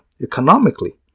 economically